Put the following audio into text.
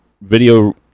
video